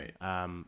Right